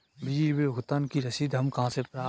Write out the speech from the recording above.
बिजली बिल भुगतान की रसीद हम कहां से ले सकते हैं?